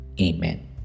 Amen